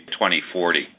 2040